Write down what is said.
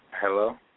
Hello